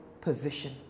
position